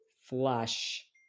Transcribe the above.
flush